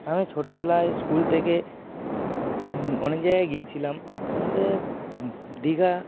আমি ছোটোবেলায় স্কুল থেকে অনেক জায়গায় গিয়েছিলাম তার মধ্যে দীঘা